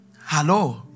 Hello